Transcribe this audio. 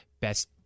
best